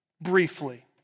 briefly